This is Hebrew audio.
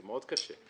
זה מאוד קשה.